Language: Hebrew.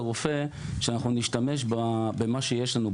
רופא הייתה שאנחנו נשתמש במה שיש לנו,